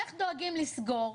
איך דואגים לסגור,